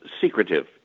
secretive